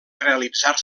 realitzar